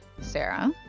Sarah